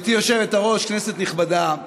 גברתי היושבת-ראש, כנסת נכבדה,